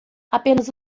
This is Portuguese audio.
apenas